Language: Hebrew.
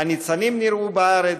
"הנצנים נראו בארץ,